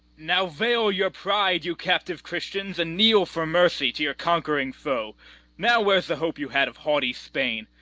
now vail your pride, you captive christians, and kneel for mercy to your conquering foe now where's the hope you had of haughty spain?